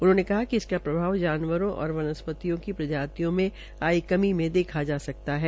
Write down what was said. उन्होंने कहा कि इसका प्रभाव जानवरों और वनस्पतियों की प्रजातियों में आई कमी में देखा जा सकता है